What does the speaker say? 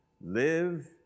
Live